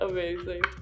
Amazing